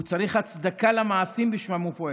הוא צריך הצדקה למעשים שבשמם הוא פועל.